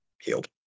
healed